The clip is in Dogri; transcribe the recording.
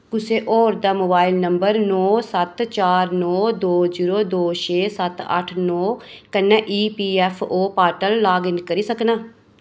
कुसै होर दूए मोबाइल नंबर नो सत्त चार नो दो जीरो दो छे सत्त अट्ठ नो कन्नै ईपीऐफ्फओ पोर्टल लाग इन करी सकनां